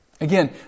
Again